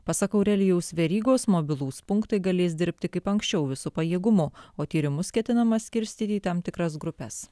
pasak aurelijaus verygos mobilūs punktai galės dirbti kaip anksčiau visu pajėgumu o tyrimus ketinama skirstyti į tam tikras grupes